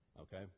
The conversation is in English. Okay